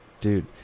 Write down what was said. dude